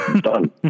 Done